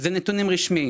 זה נתונים רשמיים.